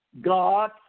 God